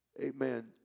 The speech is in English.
amen